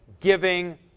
giving